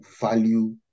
value